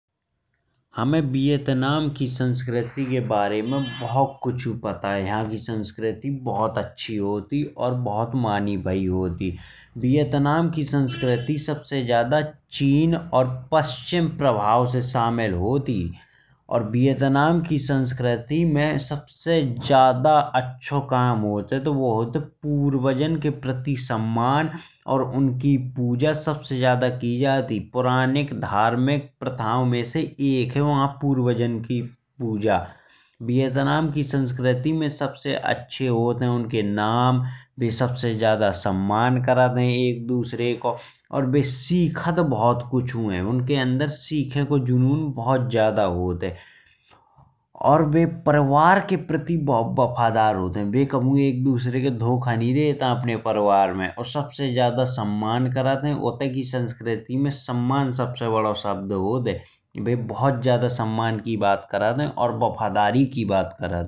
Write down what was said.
हमें वियतनाम की संस्कृति के बारे में बहुत कुछ पता है। यहाँ की संस्कृति बहुत अच्छी होती है और बहुत मानी भाई होती है। वियतनाम की संस्कृति सबसे ज्यादा चीन और पश्चिम प्रभाव से शामिल होती है। वियतनाम की संस्कृति में सबसे ज्यादा अच्छा काम होता है। तो वह होता है पूर्वजों के प्रति सम्मान और उनकी पूजा सबसे ज्यादा की जाती है। पुरानी धार्मिक प्रथाओं में से एक है पूर्वजों की पूजा। वियतनाम की संस्कृति में सबसे अच्छे होते हैं उनके नाम और एक दूसरे का सम्मान और वे सिखाते बहुत हैं। उनके अंदर शिक्षा को जुनून बहुत होता है। और वे लोग परिवार के प्रति बहुत वफादार होते हैं वे कभी एक दूसरे को धोखा नहीं देते। आए अपने परिवार में और सबसे ज्यादा सम्मान करते हैं। उनकी संस्कृति में सम्मान सबसे बड़ा शब्द होता है। वे बहुत ज्यादा सम्मान की बात करते हैं और वफादारी की बात करते हैं।